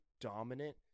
dominant